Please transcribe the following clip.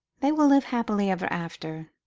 they will live happily ever after,